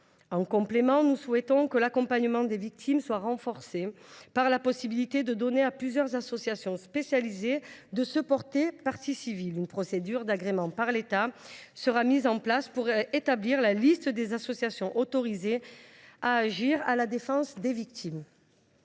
En complément, nous souhaitons que l’accompagnement des victimes soit renforcé, en donnant à plusieurs associations spécialisées la possibilité de se porter partie civile. Une procédure d’agrément par l’État sera mise en place pour établir la liste des associations autorisées à agir en défense des victimes.